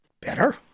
better